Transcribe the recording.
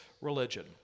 religion